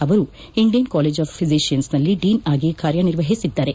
ಅವರು Indian college of physicians dean ಆಗಿ ಕಾರ್ಯನಿರ್ವಹಿಸಿದ್ದಾರೆ